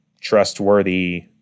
trustworthy